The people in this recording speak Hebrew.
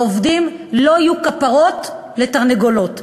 העובדים לא יהיו כפרות לתרנגולות.